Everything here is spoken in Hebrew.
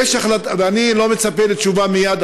ואני לא מצפה לתשובה מייד,